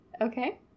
Okay